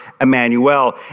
Emmanuel